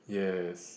yes